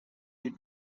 you